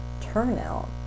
turnout